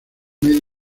medio